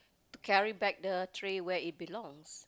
to carry back the tray where it belongs